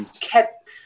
kept